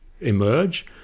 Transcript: emerge